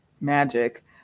magic